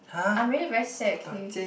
I'm really very sad okay